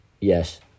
Yes